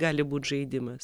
gali būti žaidimas